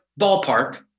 ballpark